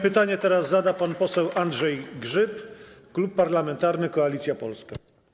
Pytanie zada pan poseł Andrzej Grzyb, Klub Parlamentarny Koalicja Polska.